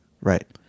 Right